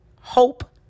hope